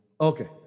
Okay